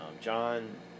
John